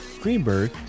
Greenberg